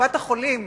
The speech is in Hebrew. קופת-חולים